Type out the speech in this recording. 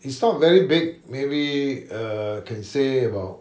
it's not very big maybe err can say about